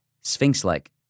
sphinx-like